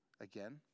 again